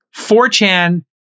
4chan